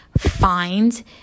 find